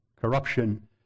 corruption